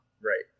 Right